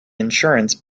insurance